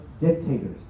dictators